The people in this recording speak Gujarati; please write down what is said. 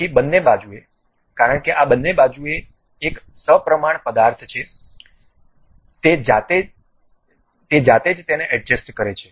પછી બંને બાજુએ કારણ કે આ બંને બાજુ એક સપ્રમાણ પદાર્થ છે તે જાતે જ તેને એડજસ્ટ કરે છે